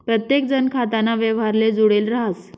प्रत्येकजण खाताना व्यवहारले जुडेल राहस